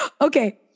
Okay